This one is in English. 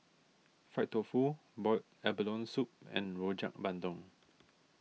Fried Tofu Boiled Abalone Soup and Rojak Bandung